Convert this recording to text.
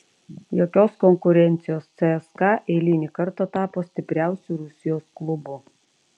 jokios konkurencijos cska eilinį kartą tapo stipriausiu rusijos klubu